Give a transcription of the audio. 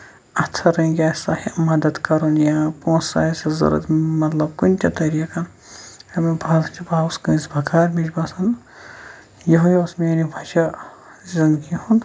اَتھٕ رٔنگۍ آسوا مدتھ کَرُن یا پوٚنٛسہِ آسہِ ضروٗرت مطلب کُنہِ تہِ طریٖقہٕ امیُٛک پھل چھُ بہٕ آس کٲنٛسہِ بَکار مےٚ چھُ باسان یِہےَ اوس میٛانہِ بجا زِنٛدگی ہُنٛد